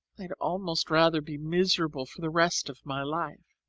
i'd almost rather be miserable for the rest of my life.